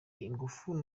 ingufu